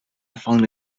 found